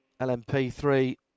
LMP3